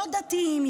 לא דתיים,